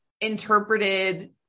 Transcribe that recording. interpreted